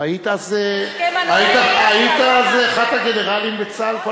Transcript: היית אז אחד הגנרלים בצה"ל.